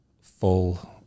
full